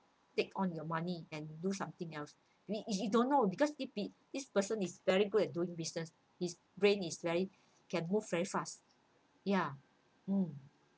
take on your money and do something else we if you don't know because if the person is very good at doing business his brain is very can move very fast ya